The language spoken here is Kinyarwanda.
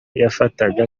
yafataga